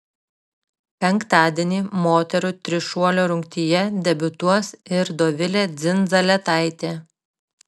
penktadienį moterų trišuolio rungtyje debiutuos ir dovilė dzindzaletaitė